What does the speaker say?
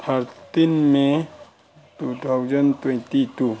thirteen may two thousand twenty two